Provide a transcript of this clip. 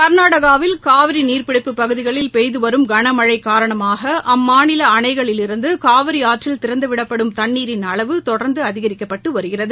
கர்நாடகாவில் காவிரி நீர்பிடிப்புப் பகுதிகளில் பெய்து வரும் கன மழை காரணமாக அம்மாநில அணைகளிலிருந்து காவிரி ஆற்றில் திறந்துவிடப்படும் தண்ணீரின் அளவு தொடர்ந்து அதிகரிக்கப்பட்டு வருகிறது